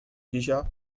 dija